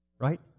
right